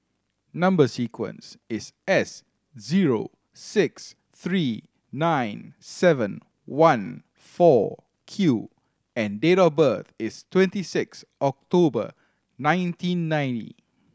number sequence is S zero six three nine seven one four Q and date of birth is twenty six October nineteen ninety